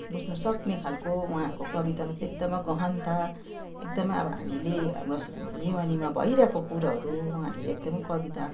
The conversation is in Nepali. बुझ्नसक्ने खालको उहाँहरूको कवितामा चाहिँ एकदमै गहनता एकदमै अब हामीले हाम्रो जीवनीमा भइरहेको कुरोहरू उहाँहरूले एकदमै कविता